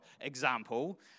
example